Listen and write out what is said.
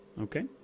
Okay